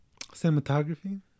Cinematography